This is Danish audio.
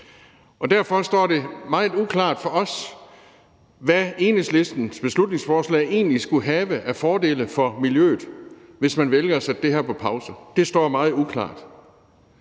Derfor står det meget uklart for os, hvad Enhedslistens beslutningsforslag egentlig skulle have af fordele for miljøet, hvis man vælger at sætte det her på pause. Det står meget uklart.